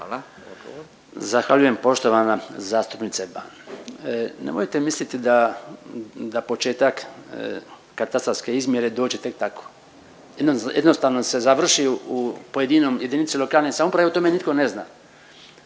Zahvaljujem. Poštovana zastupnice Ban. Nemojte misliti da početak katastarske izmjere dođe tek tako, jednostavno se završi u pojedinom u jedinici lokalne samouprave i o tome nitko ne zna.